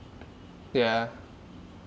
yeah